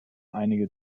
einige